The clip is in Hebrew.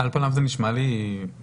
על פניו זה נשמע לי נכון.